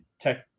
tech